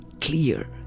clear